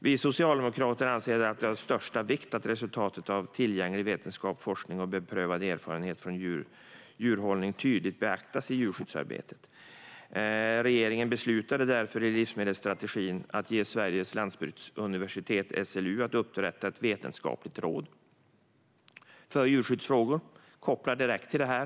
Vi socialdemokrater anser att det är av största vikt att resultaten av tillgänglig vetenskaplig forskning och beprövad erfarenhet från djurhållning tydligt beaktas i djurskyddsarbetet. Regeringen beslutade därför utifrån livsmedelsstrategin att ge Sveriges lantbruksuniversitet, SLU, i uppdrag att inrätta ett vetenskapligt råd för djurskyddsfrågor, vilket kopplar direkt till det här.